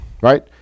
right